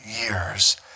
years